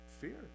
Fear